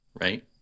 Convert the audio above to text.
Right